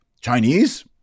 Chinese